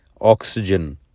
oxygen